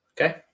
Okay